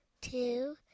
two